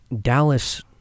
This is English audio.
Dallas